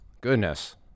goodness